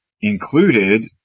included